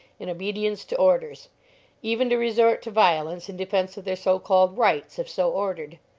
in obedience to orders even to resort to violence in defence of their so-called rights if so ordered,